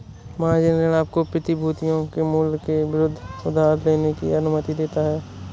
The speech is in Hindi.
मार्जिन ऋण आपको प्रतिभूतियों के मूल्य के विरुद्ध उधार लेने की अनुमति देता है